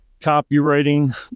Copywriting